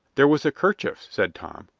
there was a kerchief, said tom,